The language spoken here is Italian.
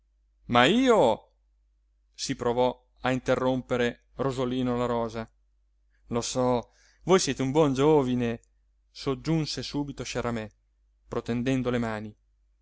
ma io si provò a interrompere rosolino la rosa lo so voi siete un buon giovine soggiunse subito sciaramè protendendo le mani